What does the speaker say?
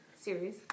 Series